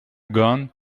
gone